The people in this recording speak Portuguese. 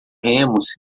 remos